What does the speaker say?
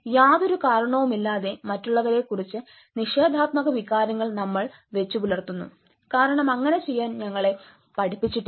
യാതൊരു കാരണവുമില്ലാതെ മറ്റുള്ളവരെക്കുറിച്ച് നിഷേധാത്മകവികാരങ്ങൾ നമ്മൾ വെച്ചുപുലർത്തുന്നു കാരണം അങ്ങനെ ചെയ്യാൻ ഞങ്ങളെ പഠിപ്പിച്ചിട്ടില്ല